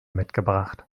mitgebracht